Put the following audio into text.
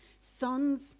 sons